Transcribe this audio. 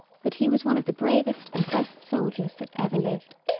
but he was one of the bravest and best soldiers that ever lived,